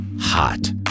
hot